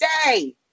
stay